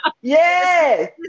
Yes